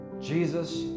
Jesus